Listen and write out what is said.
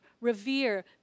revere